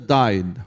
died